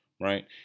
right